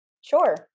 Sure